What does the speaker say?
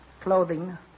clothing